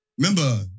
Remember